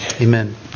Amen